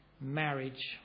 marriage